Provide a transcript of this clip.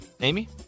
Amy